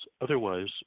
Otherwise